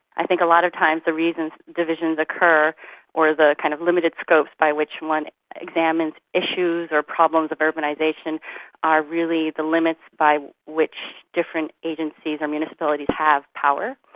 i think a lot of times the reasons divisions occur or the kind of limited scopes by which one examines issues or problems of urbanisation are really the limits by which different agencies or municipalities have power,